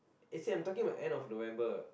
eh same I'm talking about end of November